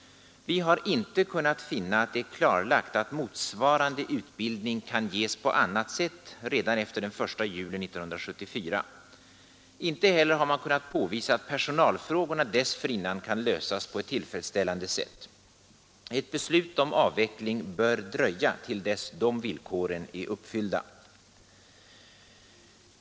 Vi har inte kunnat finna att det är klarlagt att motsvarande utbildning kan ges på annat sätt redan efter den 1 juli 1974. Inte heller har man kunnat påvisa att personalfrågorna dessförinnan kan lösas på ett tillfredsställande sätt. Ett beslut om avveckling bör dröja till dess de villkoren är uppfyllda.